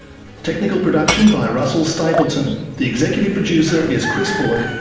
technical production by russell stapleton, the executive producer is chris bullock,